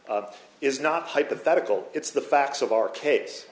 of is not hypothetical it's the facts of our case